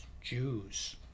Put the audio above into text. Jews